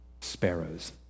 sparrows